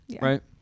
right